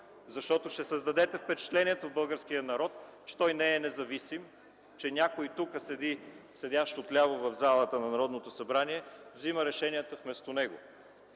Ще създадете впечатлението в българския народ, че той не е независим, че някой седящ отляво в залата на Народното събрание взима решенията вместо него.